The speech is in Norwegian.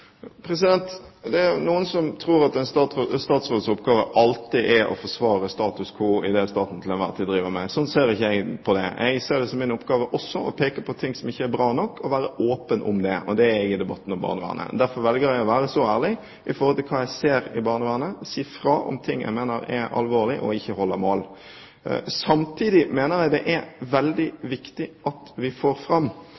Det er noen som tror at en statsråds oppgave alltid er å forsvare status quo i det staten til enhver tid driver med. Sånn ser ikke jeg på det. Jeg ser det som min oppgave også å peke på ting som ikke er bra nok, og være åpen om det – og det er jeg i debatten om barnevernet. Derfor velger jeg å være ærlig om hva jeg ser i barnevernet, og å si fra om ting jeg mener er alvorlig og ikke holder mål. Samtidig er det veldig viktig at vi får fram – og da mener jeg det